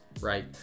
right